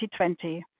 2020